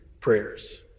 prayers